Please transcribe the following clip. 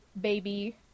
baby